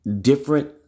Different